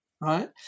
right